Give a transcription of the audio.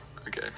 Okay